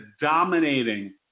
dominating